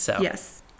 yes